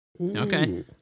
Okay